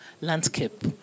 landscape